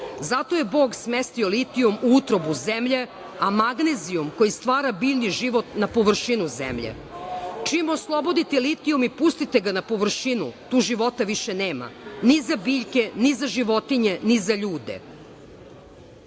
Zato je Bog smestio litijum u utrobu zemlje, a magnezijum, koji stvara biljni život, na površinu zemlje. Čim oslobodite litijum i pustite ga na površinu, tu života više nema ni za biljke, ni za životinje, ni za ljude. Mi